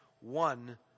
one